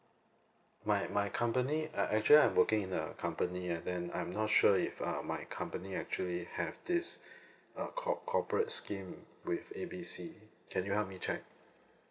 my my company uh actually I'm working in a accompany uh then I'm not sure if uh my company actually have this uh corp~ corporate scheme with A B C can you help me check